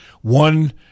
one